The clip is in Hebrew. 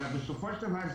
אבל בסופו של דבר,